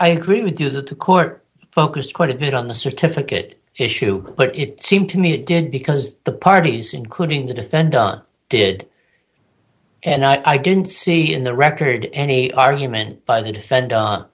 i agree with you that the court focused quite a bit on the certificate issue but it seemed to me it did because the parties including the defendant did and i didn't see in the record any argument by the defend